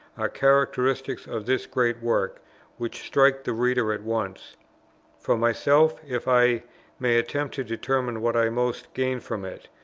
are characteristics of this great work which strike the reader at once for myself, if i may attempt to determine what i most gained from it,